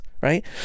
right